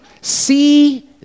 See